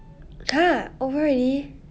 !huh! over already